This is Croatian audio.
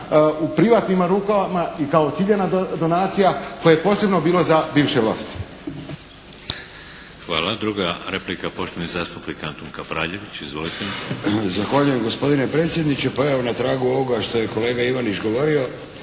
u privatnim rukama i kao ciljana donacija koje je posebno bilo za bivše vlasti.